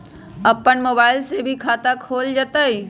अपन मोबाइल से भी खाता खोल जताईं?